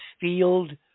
field